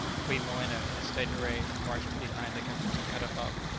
queen moena, in state array, marched behind the catafalque.